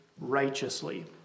righteously